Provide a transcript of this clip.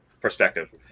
perspective